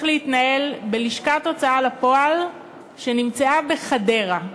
להתנהל בלשכת הוצאה לפועל שנמצאת בחדרה.